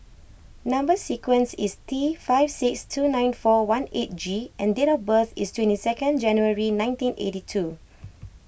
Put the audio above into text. Number Sequence is T five six two nine four one eight G and date of birth is twenty second January nineteen eighty two